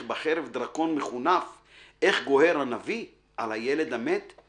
בחרב דרקון מכונף / איך גוהר הנביא על הילד המת /